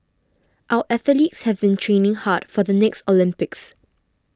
our athletes have been training hard for the next Olympics